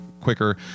quicker